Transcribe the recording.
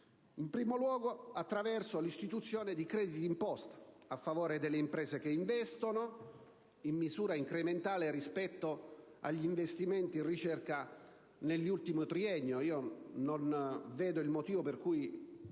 in primo luogo attraverso l'istituzione di crediti di imposta a favore delle imprese che investono in misura incrementale rispetto agli investimenti in ricerca nell'ultimo triennio. Al riguardo, non vedo il motivo per cui